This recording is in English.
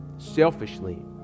Selfishly